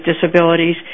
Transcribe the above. disabilities